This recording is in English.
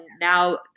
now